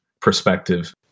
Perspective